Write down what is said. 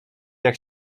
jak